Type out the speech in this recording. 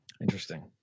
interesting